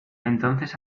entonces